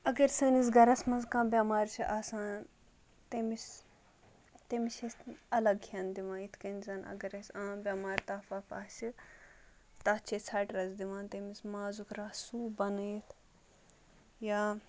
اگر سٲنِس گَرَس منٛز کانٛہہ بٮ۪مارِ چھِ آسان تٔمِس تٔمِس چھِ أسۍ الگ کھٮ۪ن دِوان یِتھٕ کٔنۍ زَن اگر أسۍ عام بٮ۪مارِ تَپھ وَپھ آسہِ تَتھ چھِ أسۍ ژھَٹہٕ رَس دِوان تٔمِس مازُک رَس سوٗپ بَنٲوِتھ یا